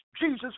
Jesus